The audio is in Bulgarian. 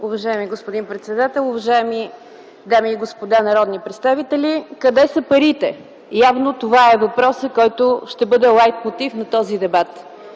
Уважаеми господин председател, уважаеми дами и господа народни представители! Къде са парите? Явно това е въпросът, който ще бъде лайт мотив на този дебат.